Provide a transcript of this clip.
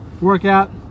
workout